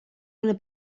una